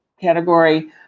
category